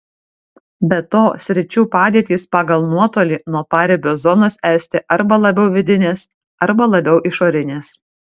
be to sričių padėtys pagal nuotolį nuo paribio zonos esti arba labiau vidinės arba labiau išorinės